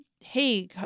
hey